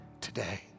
today